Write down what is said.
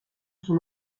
son